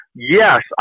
Yes